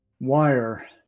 wire